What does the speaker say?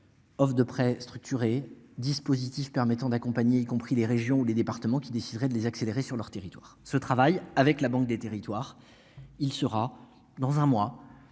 Of de prêts structurés dispositif permettant d'accompagner y compris les régions ou les départements qui déciderait de les accélérer sur leur territoire. Ce travail avec la banque des territoires. Il sera dans un mois.